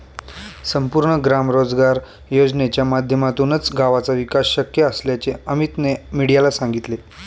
संपूर्ण ग्राम रोजगार योजनेच्या माध्यमातूनच गावाचा विकास शक्य असल्याचे अमीतने मीडियाला सांगितले